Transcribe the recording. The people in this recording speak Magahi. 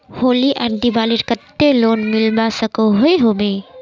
होली या दिवालीर केते लोन मिलवा सकोहो होबे?